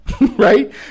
right